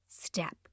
step